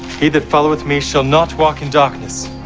he that followeth me shall not walk in darkness,